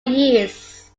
years